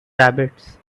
rabbits